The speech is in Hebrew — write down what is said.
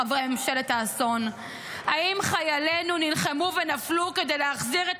חברי ממשלת האסון: האם חיילינו נלחמו ונפלו כדי להחזיר את